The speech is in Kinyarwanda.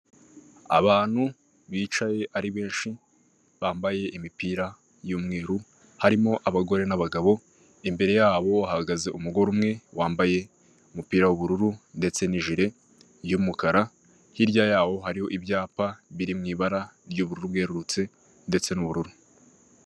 Abantu bicaye ari benshi bambaye imipira y'umweru harimo abagore n'abagabo, imbere yabo bahagaze umugore umwe wambaye umupira w'ubururu ndetse n'ijiri y'umukara, hirya yaho hariho ibyapa biri mu ibara ry'ubururu bwerurutse ndetse n'ubururu.